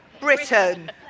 Britain